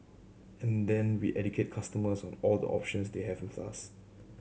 and then we educate customers on all the options they have with us